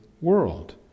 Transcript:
world